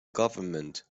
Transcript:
government